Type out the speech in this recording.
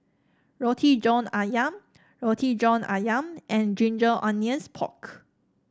Roti John ayam Roti John ayam and Ginger Onions Pork